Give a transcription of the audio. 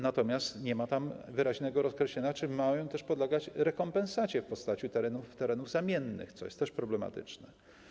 Natomiast nie ma tam wyraźnego określenia, czy mają też podlegać rekompensacie w postaci terenów zamiennych, co jest też problematyczne.